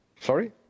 Sorry